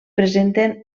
presenten